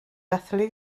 dathlu